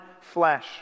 flesh